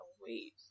wait